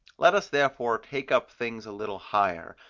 let us therefore take up things a little higher,